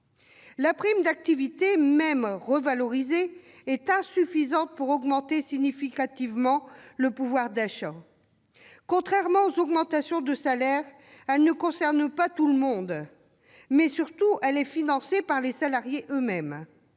La prime d'activité, même revalorisée, est insuffisante pour augmenter significativement le pouvoir d'achat. Contrairement aux augmentations de salaire, elle ne concerne pas tout le monde, mais surtout, elle est financée par les salariés eux-mêmes